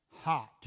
hot